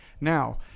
Now